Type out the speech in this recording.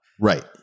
Right